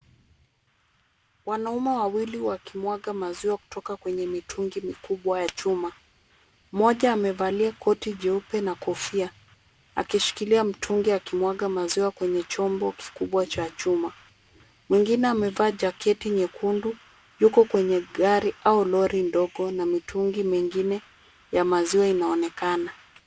Wanaume wawili wakimwaga maziwa kutoka kwenye mitungi mikubwa ya chuma. Mmoja amevalia koti jeupe na kofia akishikilia mtungi akimwaga maziwa kwenye chombo kikubwa cha chuma . Mwengine amevaa jaketi nyekundu yuko kwenye gari au lori ndogo na mitungi mingine ya maziwa inaonekana.